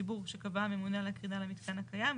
הציבור שקבע הממונה על הקרינה למיתקן הקיים,